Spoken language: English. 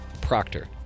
Proctor